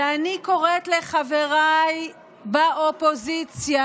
ואני קוראת לחבריי באופוזיציה: